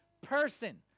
person